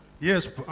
Yes